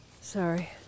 Sorry